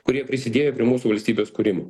kurie prisidėjo prie mūsų valstybės kūrimo